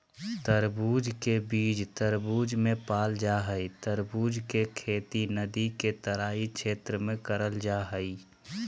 तरबूज के बीज तरबूज मे पाल जा हई तरबूज के खेती नदी के तराई क्षेत्र में करल जा हई